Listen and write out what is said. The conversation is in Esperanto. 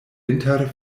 inter